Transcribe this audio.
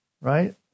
Right